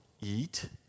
eat